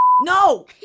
no